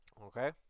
Okay